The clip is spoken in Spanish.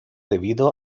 debido